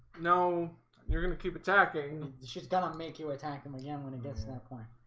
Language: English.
no you're gonna keep attacking she's gonna make you attack him again when it gets that point.